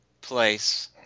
place